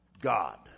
God